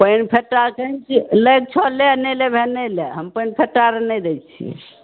पानि फेट्टा लै कऽ छऽ ले नहि लेबहे नहि ले हम पानि फेट्टा आर नहि दै छियै